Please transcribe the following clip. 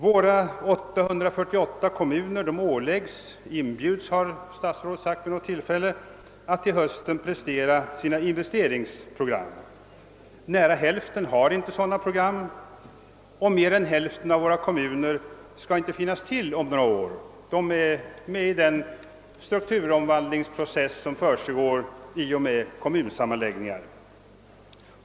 Våra 848 kommuner åläggs — »inbjuds», har statsrådet sagt vid något tillfälle — att till hösten presentera sina investeringsprogram. Nära hälften har inte sådana program, och mer än hälften av våra kommuner skall inte finnas till om några år — de är med i den strukturomvandlingsprocess med kommunsammanslagningar som pågår.